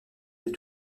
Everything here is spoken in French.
les